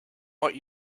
what